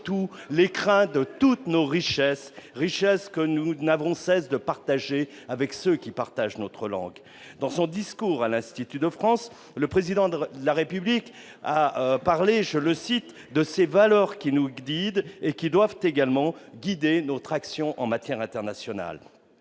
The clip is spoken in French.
l'écrin de toutes les autres et nous n'avons de cesse de la partager avec tous ceux qui la parlent. Dans son discours à l'Institut de France, le Président de la République a parlé, je le cite, de ces valeurs qui nous guident et qui doivent également guider notre action en matière internationale.